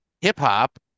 hip-hop